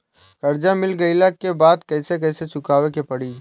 कर्जा मिल गईला के बाद कैसे कैसे चुकावे के पड़ी?